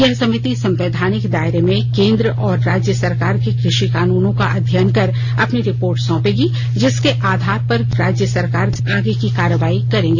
यह समिति संवैधानिक दायरे में केंद्र और राज्य सरकार के कृषि कानूनों का अध्ययन कर अपनी रिपोर्ट सौंपेगी जिसके आधार पर सरकार आगे की कार्रवाई करेगी